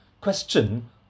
question